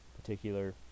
particular